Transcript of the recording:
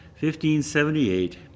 1578